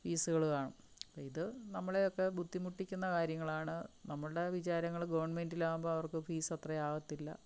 ഫീസുകള് കാണും അപ്പ ഇത് നമ്മളെയൊക്കെ ബുദ്ധിമുട്ടിക്കുന്ന കാര്യങ്ങളാണ് നമ്മൾടെ വിചാരങ്ങള് ഗവൺമെൻറ്റിലാകുമ്പോ അവർക്ക് ഫീസ് അത്ര ആകത്തില്ല